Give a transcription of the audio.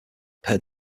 per